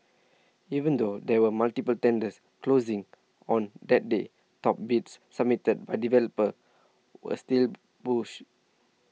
even though there were multiple tenders closings on that day top bids submitted by developers were still bullish